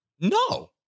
No